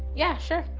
yeah, sure. ah,